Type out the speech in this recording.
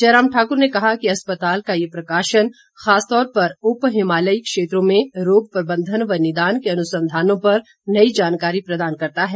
जयराम ठाकुर ने कहा कि अस्पताल का ये प्रकाशन खासतौर पर उप हिमालयी क्षेत्रों में रोग प्रबंधन व निदान के अनुसंधानों पर नई जानकारी प्रदान करता है